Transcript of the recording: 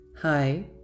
Hi